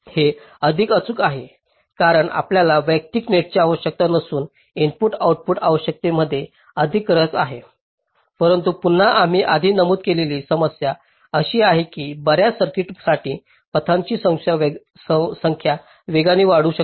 हे अधिक अचूक आहेत कारण आपल्याला वैयक्तिक नेटची आवश्यकता नसून इनपुट आऊटपुट आवश्यकतांमध्ये अधिक रस आहे परंतु पुन्हा आम्ही आधी नमूद केलेली समस्या अशी आहे की बर्याच सर्किट्ससाठी पथांची संख्या वेगाने वाढू शकते